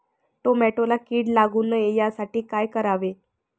टोमॅटोला कीड लागू नये यासाठी काय करावे?